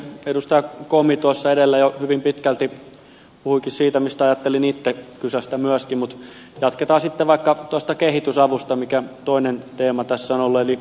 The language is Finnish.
edustaja komi tuossa edellä jo hyvin pitkälti puhuikin siitä mistä ajattelin itse kysäistä myöskin mutta jatketaan sitten vaikka tuosta kehitysavusta joka on toinen teema tässä ollut